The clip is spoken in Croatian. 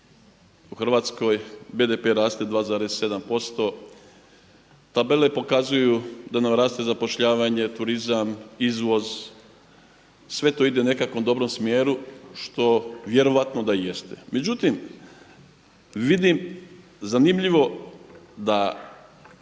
u Hrvatskoj, BDP raste 2,7%, tabele pokazuju da nam raste zapošljavanje, turizam, izvoz sve to ide nekakvom dobrom smjeru što vjerojatno da jeste. Međutim, vidim zanimljivo da